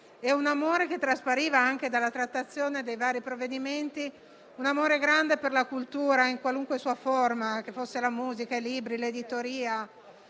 e l'amore che traspariva anche dalla trattazione dei vari provvedimenti; un amore grande per la cultura in qualunque sua forma, che fosse la musica, i libri, l'editoria